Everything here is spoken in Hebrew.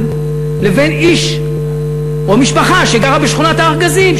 לבין איש או משפחה שגרה בשכונת-הארגזים,